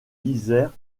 isère